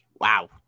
Wow